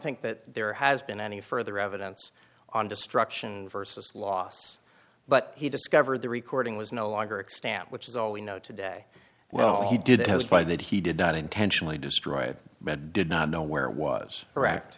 think that there has been any further evidence on destruction versus loss but he discovered the recording was no longer extent which is all we know today well he did why that he did not intentionally destroyed but did not know where it was